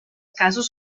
casos